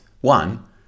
One